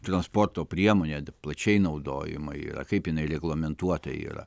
transporto priemonė plačiai naudojima yra kaip jinai reglamentuota yra